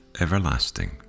everlasting